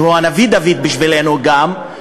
שהוא הנביא דוד בשבילנו גם,